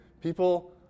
people